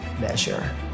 measure